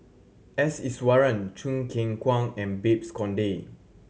S Iswaran Choo Keng Kwang and Babes Conde